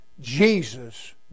Jesus